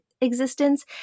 existence